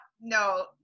no